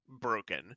broken